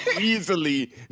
easily